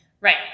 Right